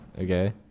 okay